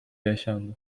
yaşandı